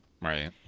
right